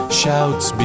shouts